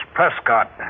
Prescott